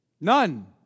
None